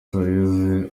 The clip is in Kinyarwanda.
suarez